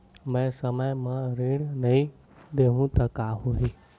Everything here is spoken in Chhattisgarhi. मैं समय म ऋण नहीं देहु त का होही